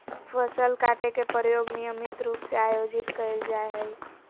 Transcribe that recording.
फसल काटे के प्रयोग नियमित रूप से आयोजित कइल जाय हइ